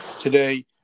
today